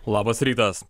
labas rytas